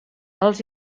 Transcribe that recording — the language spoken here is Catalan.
els